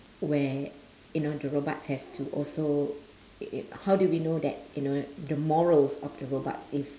where you know the robots has to also how do we know that you know the morals of the robots is